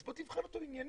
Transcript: אז בוא תבחן אותן עניינית.